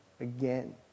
again